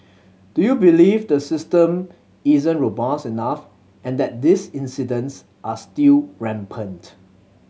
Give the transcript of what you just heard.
do you believe the system isn't robust enough and that these incidents are still rampant